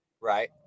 Right